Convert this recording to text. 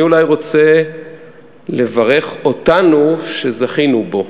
אני אולי רוצה לברך אותנו שזכינו בו.